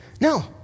No